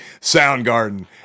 Soundgarden